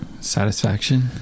satisfaction